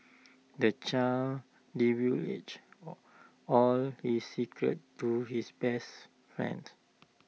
the child divulged all his secrets to his best friend